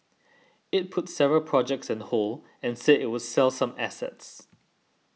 it put several projects on hold and said it would sell some assets